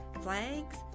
flags